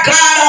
God